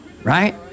Right